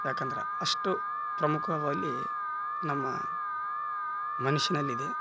ಯಾಕಂದ್ರೆ ಅಷ್ಟು ಪ್ರಮುಖವಲ್ಲಿ ನಮ್ಮ ಮನುಷ್ಯನಲ್ಲಿದೆ